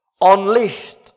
unleashed